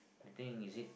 I think is it